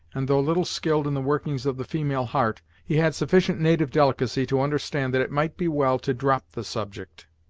and though little skilled in the workings of the female heart, he had sufficient native delicacy to understand that it might be well to drop the subject.